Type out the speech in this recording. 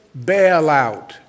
bailout